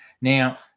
Now